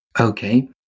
Okay